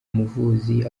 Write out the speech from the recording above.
umuvuzi